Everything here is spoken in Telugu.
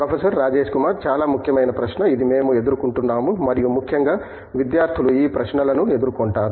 ప్రొఫెసర్ రాజేష్ కుమార్ చాలా ముఖ్యమైన ప్రశ్న ఇది మేము ఎదుర్కొంటున్నాము మరియు ముఖ్యంగా విద్యార్థులు ఈ ప్రశ్నలను ఎదుర్కొంటారు